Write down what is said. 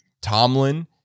Tomlin